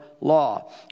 law